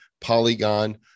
polygon